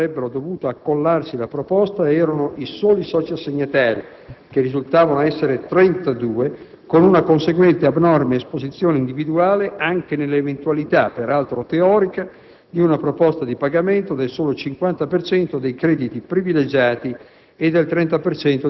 i soggetti che avrebbero dovuto accollarsi la proposta erano i soli soci assegnatari (che risultavano essere 32), con una conseguente abnorme esposizione individuale, anche nell'eventualità (peraltro teorica) di una proposta di pagamento del solo 50 per cento dei crediti privilegiati